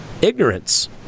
ignorance